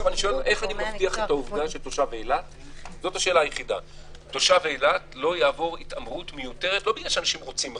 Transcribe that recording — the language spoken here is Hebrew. איך אני מבטיח שתושב אילת לא יעבור התאמרות מיותרת לא כי רוצים רע,